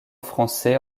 français